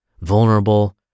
vulnerable